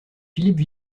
philippe